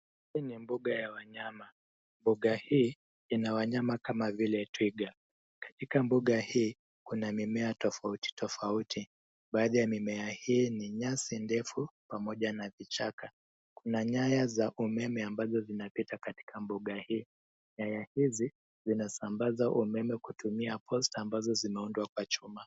Hii ni mbuga ya wanyama. Mbuga hii ina wanyama kama vile twiga. Katika mbuga hii, kuna mimea tofauti tofauti. Baadhi ya mimea hii ni nyasi ndefu pamoja na kichaka. Kuna nyaya za umeme ambazo zinapita katika mbuga hii. Nyaya hizi zinasambaza umeme kutumia posts ambazo zimeundwa kwa chuma.